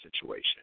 situation